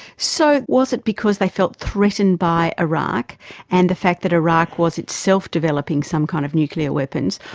so was it because they felt threatened by iraq and the fact that iraq was itself developing some kind of nuclear weapons,